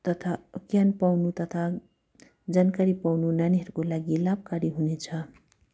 तथा ज्ञान पाउनु तथा जानकारी पाउनु नानीहरूको लागि लाभकारी हुनेछ